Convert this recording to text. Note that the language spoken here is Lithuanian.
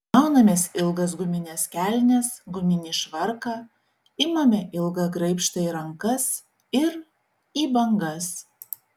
maunamės ilgas gumines kelnes guminį švarką imame ilgą graibštą į rankas ir į bangas